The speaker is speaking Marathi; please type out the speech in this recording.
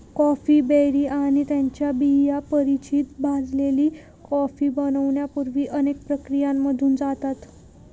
कॉफी बेरी आणि त्यांच्या बिया परिचित भाजलेली कॉफी बनण्यापूर्वी अनेक प्रक्रियांमधून जातात